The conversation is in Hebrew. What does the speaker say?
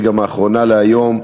שהיא גם האחרונה להיום,